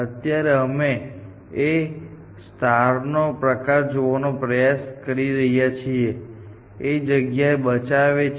અત્યારે અમે એ નો પ્રકાર જોવાનો પ્રયાસ કરી રહ્યા છીએ જે જગ્યા બચાવે છે